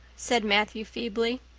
said matthew feebly.